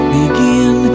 begin